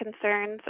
concerns